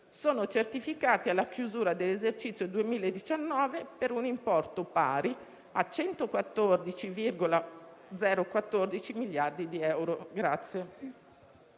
sono certificati alla chiusura dell'esercizio 2019 per un importo pari a 114,014 miliardi di euro.